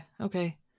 okay